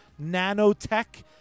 nanotech